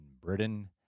Britain